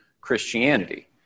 Christianity